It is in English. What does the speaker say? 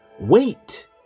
Wait